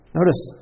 notice